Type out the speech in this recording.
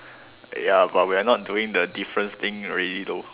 ya but we are not doing the difference thing already though